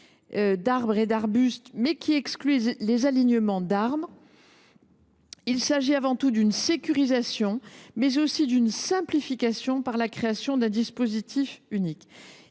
d’arbres et d’arbustes, mais exclut les alignements d’arbres. Il s’agit avant tout d’une sécurisation, mais aussi d’une simplification par la création d’un dispositif unique.